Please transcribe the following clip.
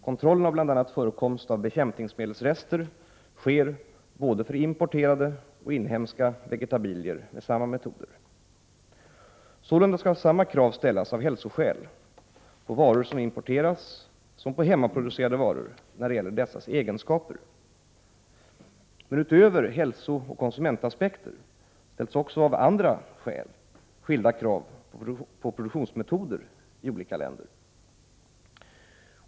Kontrollen av bl.a. förekomst av bekämpningsmedelsrester sker både för importerade och inhemska vegetabilier med samma metoder. Sålunda skall samma krav ställas av hälsoskäl på varor som importeras som på hemmaproducerade varor när det gäller dessas egenskaper. Utöver hälsooch konsumentaspekter ställs också av andra skäl skilda krav på produktionsmetoder i olika länder.